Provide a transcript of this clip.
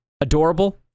adorable